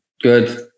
Good